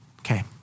Okay